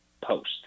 post